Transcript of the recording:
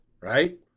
Right